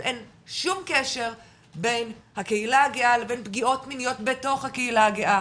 אין שום קשר בין הקהילה הגאה לבין פגיעות מיניות בתוך הקהילה הגאה,